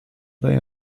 they